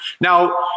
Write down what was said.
Now